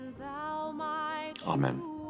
Amen